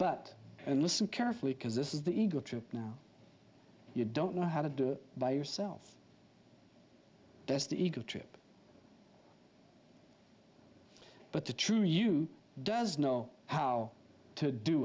but listen carefully because this is the ego trip now you don't know how to do it by yourself that's the ego trip but the true you does know how to do